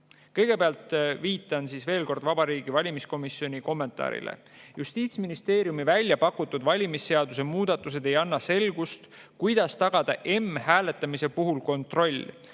Kõigepealt viitan veel kord Vabariigi Valimiskomisjoni kommentaarile: "Justiitsministeeriumi välja pakutud valimisseaduste muudatused ei anna selgust, kuidas tagada m‑hääletamise puhul kontroll